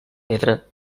pedra